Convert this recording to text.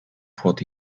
płot